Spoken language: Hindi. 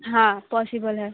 हाँ पॉसिबल है